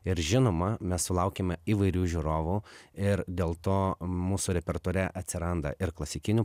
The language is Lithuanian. ir žinoma mes sulaukiame įvairių žiūrovų ir dėl to mūsų repertuare atsiranda ir klasikinių